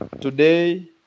today